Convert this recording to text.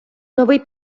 новий